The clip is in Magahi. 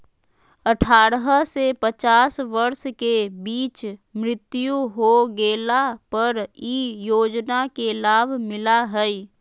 अठारह से पचास वर्ष के बीच मृत्यु हो गेला पर इ योजना के लाभ मिला हइ